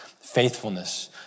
faithfulness